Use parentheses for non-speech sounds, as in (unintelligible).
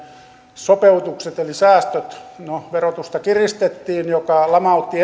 sopeutukset eli säästöt no verotusta kiristettiin mikä lamautti (unintelligible)